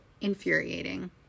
infuriating